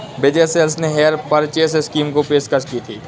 विजय sales ने hire purchase scheme की पेशकश की हैं